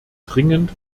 dringend